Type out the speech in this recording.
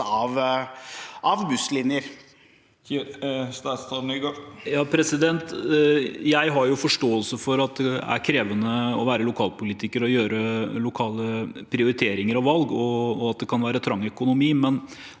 av busslinjer? Statsråd Jon-Ivar Nygård Jeg har forstå- else for at det er krevende å være lokalpolitiker og gjøre lokale prioriteringer og valg, og at det kan være trang økonomi, men